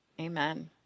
Amen